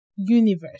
universe